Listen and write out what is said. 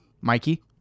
Mikey